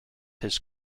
his